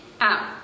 out